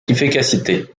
efficacité